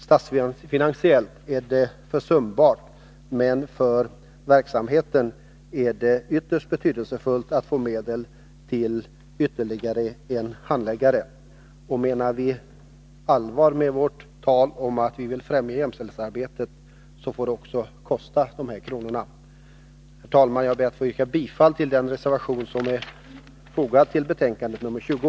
Statsfinansiellt är beloppet försumbart, men för verksamheten är det ytterst betydelsefullt att få medel till ytterligare en handläggare. Menar vi allvar med vårt tal om att vi vill främja jämställdhetsarbetet, får det också kosta dessa kronor. Herr talman! Jag yrkar bifall till den reservation som är fogad till betänkandet nr 20.